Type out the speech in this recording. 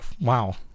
wow